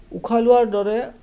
উশাহ লোৱাৰ দৰে